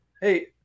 Hey